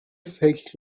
فکر